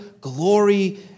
glory